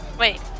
Wait